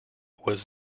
was